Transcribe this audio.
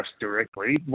directly